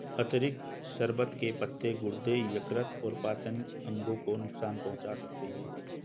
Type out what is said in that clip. अतिरिक्त शर्बत के पत्ते गुर्दे, यकृत और पाचन अंगों को नुकसान पहुंचा सकते हैं